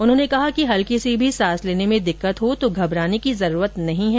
उन्होंने कहा कि हल्की सी भी सांस लेने में दिक्कत हो तो घबराने की जरूरत नहीं है